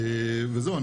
וזהו,